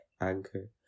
Anchor